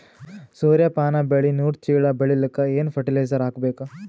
ಸೂರ್ಯಪಾನ ಬೆಳಿ ನೂರು ಚೀಳ ಬೆಳೆಲಿಕ ಏನ ಫರಟಿಲೈಜರ ಹಾಕಬೇಕು?